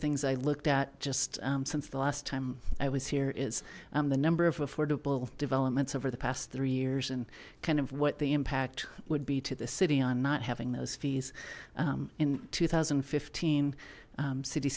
things i looked at just since the last time i was here is the number of affordable developments over the past three years and kind of what the impact would be to the city on not having those fees in two thousand and fifteen city